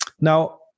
Now